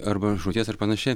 arba žūties ar panašiai